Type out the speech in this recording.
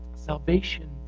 Salvation